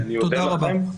תודה רבה.